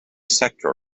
sector